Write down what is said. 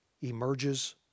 emerges